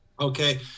Okay